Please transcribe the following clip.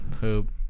poop